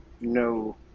No